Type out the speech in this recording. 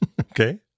Okay